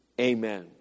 amen